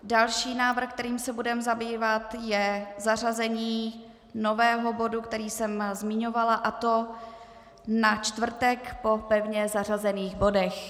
Další návrh, kterým se budeme zabývat, je zařazení nového bodu, který jsem zmiňovala, a to na čtvrtek po pevně zařazených bodech.